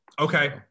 okay